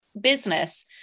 business